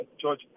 George